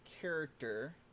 character